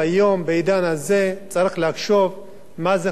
מה חשוב לציבור הישראלי,